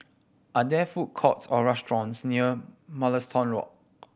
are there food courts or restaurants near Mugliston Walk